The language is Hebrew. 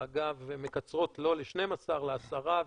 ואגב מקצרות לא ל-12 לעשרה,